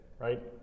right